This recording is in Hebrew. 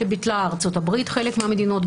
בארצות-הברית בחלק מהמדינות,